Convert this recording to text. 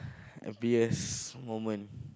happiest moment